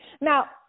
Now